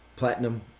Platinum